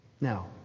Now